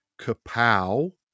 Kapow